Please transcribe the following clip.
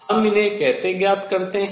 हम इन्हे कैसे ज्ञात करते हैं